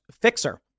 fixer